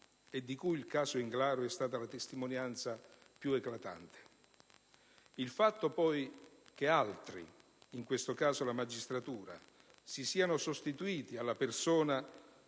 e di cui il caso Englaro è stata la testimonianza più eclatante. Il fatto poi che altri, in questo caso la magistratura, si siano sostituiti alla persona